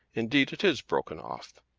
indeed it is broken off.